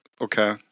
okay